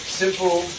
simple